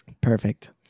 Perfect